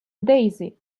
daisy